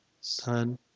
Son